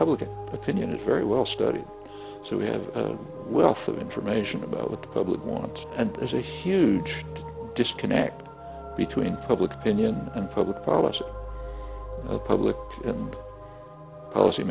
public opinion is very well studied so we have a wealth of information about what the public want and is a huge disconnect between public opinion and public policy of public policy